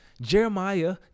Jeremiah